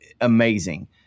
amazing